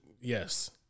yes